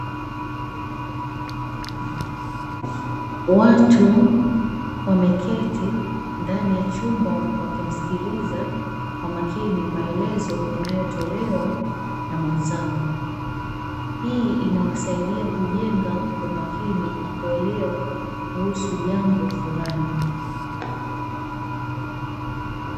Watu wameketi ndani ya chumba, wakimsikiliza kwa makini maelezo yanayotolewa na mwenzao. Hii inawasaidia kujenga umakini na kuelewa kuhusu jambo fulani.